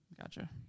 Gotcha